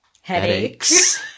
headaches